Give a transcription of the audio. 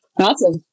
Awesome